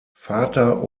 vater